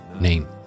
name